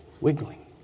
wiggling